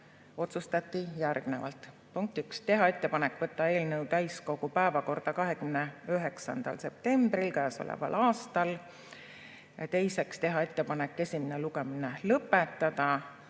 otsustati järgnevalt. [Esiteks], teha ettepanek võtta eelnõu täiskogu päevakorda 29. septembril sellel aastal. Teiseks, teha ettepanek esimene lugemine lõpetada.